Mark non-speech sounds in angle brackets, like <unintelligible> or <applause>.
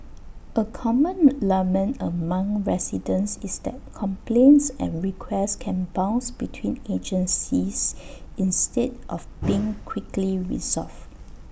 A common <unintelligible> lament among residents is that complaints and requests can bounce between agencies instead of being quickly resolved